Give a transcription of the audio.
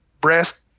breast